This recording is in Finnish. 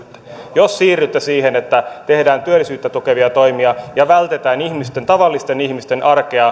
jos siirrytte siihen että tehdään työllisyyttä tukevia toimia ja vältetään tavallisten ihmisten